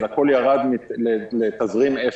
הכול ירד לתזרים אפס.